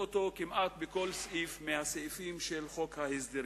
כמעט בכל סעיף מהסעיפים של חוק ההסדרים.